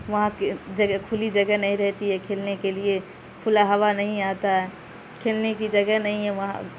وہاں کے جگہ کھلی جگہ نہیں رہتی ہے کھیلنے کے لیے کھلا ہوا نہیں آتا ہے کھیلنے کی جگہ نہیں ہے وہاں